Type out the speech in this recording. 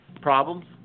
problems